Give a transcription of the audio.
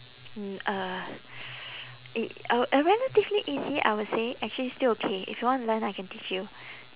mm uh i~ uh relatively easy I would say actually still okay if you want to learn I can teach you